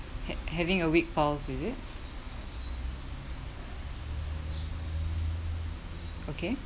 ha~ having a weak pulse is it okay